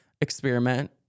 experiment